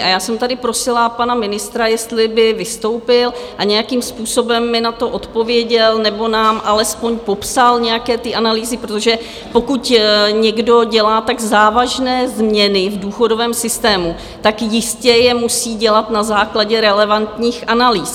A já jsem tady prosila pana ministra, jestli by vystoupil a nějakým způsobem mi na to odpověděl nebo nám alespoň popsal nějaké ty analýzy, protože pokud někdo dělá tak závažné změny v důchodovém systému, tak jistě je musí dělat na základě relevantních analýz.